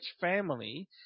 family